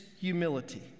humility